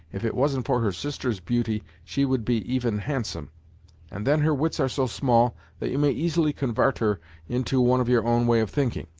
if it wasn't for her sister's beauty she would be even handsome and then her wits are so small that you may easily convart her into one of your own way of thinking,